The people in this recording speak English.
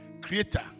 Creator